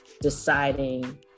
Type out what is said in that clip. deciding